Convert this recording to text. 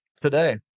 today